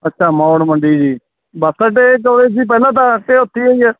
ਅੱਛਾ ਮੌੜ ਮੰਡੀ ਜੀ ਬੱਸ ਅੱਡੇ ਕੋਲ ਸੀ ਪਹਿਲਾਂ ਤਾਂ ਅਤੇ ਉੱਥੇ ਹੀ ਆ ਜੀ